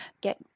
get